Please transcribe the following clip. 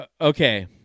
okay